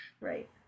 right